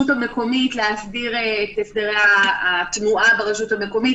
המקומית להסדיר את הסדרי התנועה ברשות המקומית.